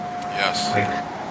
yes